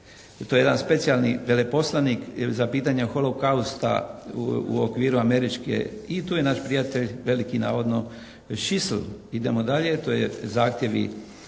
to je jedan specijalni veleposlanik za pitanje Holokausta u okviru američke i tu je naš prijatelj veliki navodno Schussel. Idemo dalje. To je, zahtjevi